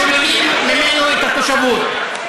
שוללים ממנו את התושבות,